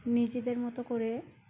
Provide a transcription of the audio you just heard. নিজেদের মতো করে